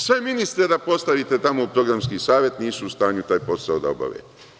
Sve ministre da postavite u programski savet nisu u stanju taj posao da obave.